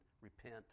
repent